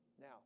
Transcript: Now